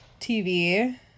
TV